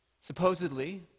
supposedly